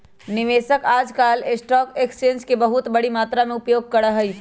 निवेशक आजकल stock exchange के बहुत बडी मात्रा में उपयोग करा हई